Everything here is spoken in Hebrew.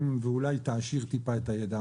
ואולי היא תעשיר טיפה את הידע.